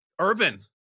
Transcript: Urban